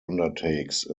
undertakes